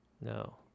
No